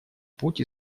путь